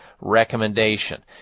recommendation